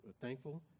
thankful